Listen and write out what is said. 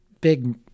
big